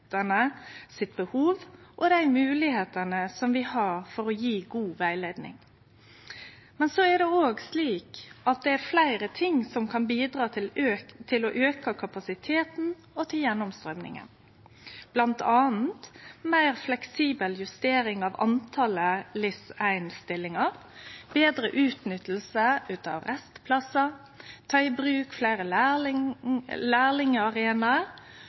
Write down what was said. og moglegheitene vi har til å gje god rettleiing. Men det er òg slik at det er fleire ting som kan bidra til å auke kapasiteten og gjennomstrøyminga, bl.a.: meir fleksibel justering av talet på LIS1-stillingar betre utnytting av restplassar å ta i bruk fleire